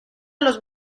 los